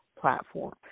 platform